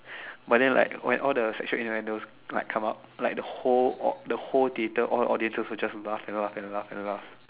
but then like when all the sexual innuendos like the whole au~ like the whole theatre will just laugh and laugh and laugh